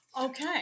Okay